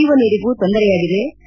ಕುಡಿಯುವ ನೀರಿಗೂ ತೊಂದರೆಯಾಗಿದೆ